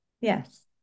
yes